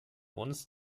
uns